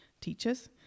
teachers